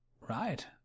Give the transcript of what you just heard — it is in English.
Right